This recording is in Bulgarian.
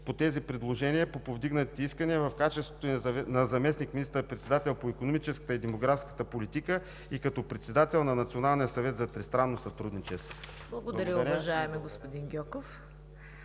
по тези предложения – по повдигнатите искания, в качеството Ви на заместник министър-председател по икономическата и демографската политика и като председател на Националния съвет за тристранно сътрудничество? Благодаря. ПРЕДСЕДАТЕЛ ЦВЕТА